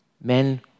men